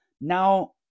now